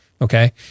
okay